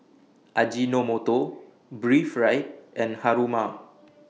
Ajinomoto Breathe Right and Haruma